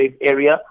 area